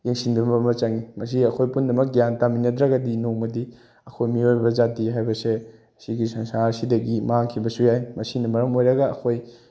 ꯌꯦꯡꯁꯤꯟꯕꯤꯕ ꯑꯃ ꯆꯪꯉꯤ ꯃꯁꯤ ꯑꯩꯈꯣꯏ ꯄꯨꯝꯅꯃꯛ ꯒ꯭ꯌꯥꯟ ꯇꯥꯃꯤꯟꯅꯗ꯭ꯔꯒꯗꯤ ꯅꯣꯡꯃꯗꯤ ꯑꯩꯈꯣꯏ ꯃꯤꯑꯣꯏꯕ ꯖꯥꯇꯤ ꯍꯥꯏꯕꯁꯦ ꯁꯤꯒꯤ ꯁꯪꯁꯥꯔ ꯑꯁꯤꯗꯒꯤ ꯃꯥꯡꯈꯤꯕꯁꯨ ꯌꯥꯏ ꯃꯁꯤꯅ ꯃꯔꯝ ꯑꯣꯏꯔꯒ ꯑꯩꯈꯣꯏ